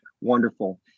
Wonderful